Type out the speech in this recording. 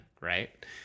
right